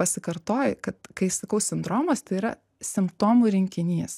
pasikartoju kad kai sakau sindromas tai yra simptomų rinkinys